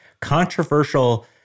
Controversial